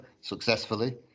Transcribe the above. successfully